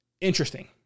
interesting